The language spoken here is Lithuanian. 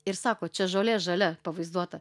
ir sako čia žolė žalia pavaizduota